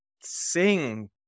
sing